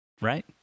Right